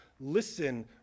Listen